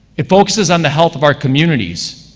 it focuses on the health of our communities,